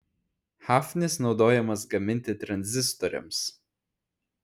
hafnis naudojamas gaminti tranzistoriams